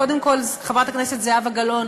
קודם כול חברת הכנסת זהבה גלאון,